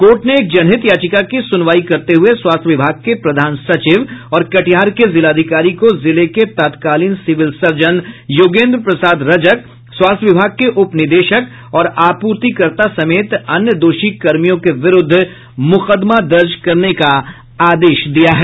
court ने एक जनहित याचिका की सुनवाई करते हुए स्वास्थ्य विभाग के प्रधान सचिव और कटिहार के जिलाधिकारी को जिले के तत्कालीन सिविल सर्जन योगेंद्र प्रसाद रजक स्वास्थ्य विभाग के उप निदेशक और आपूर्तिकर्ता समेत अन्य दोषी कर्मियों के विरूद्ध मुकदमा दर्ज करने का आदेश दिया है